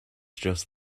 just